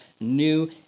new